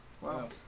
Wow